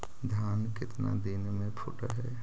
धान केतना दिन में फुट है?